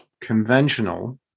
conventional